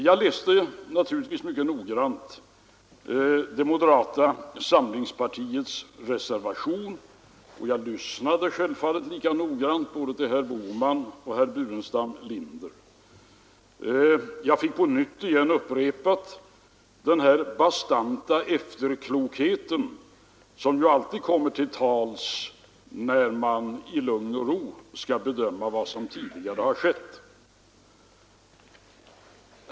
Jag läste naturligtvis mycket noggrant moderata samlingspartiets reservation och jag lyssnade självfallet lika noggrant till både herr Bohman och herr Burenstam Linder. På nytt fick jag upprepad den där bastanta efterklokheten som ju alltid kommer till tals när man i lugn och ro skall bedöma vad som tidigare har skett.